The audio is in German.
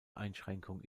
einschränkung